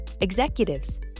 executives